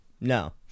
No